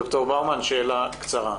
ד"ר באומן, שאלה קצרה.